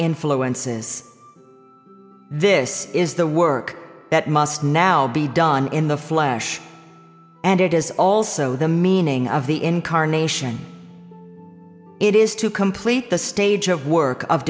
influences this is the work that must now be done in the flesh and it is also the meaning of the incarnation it is to complete the stage of work of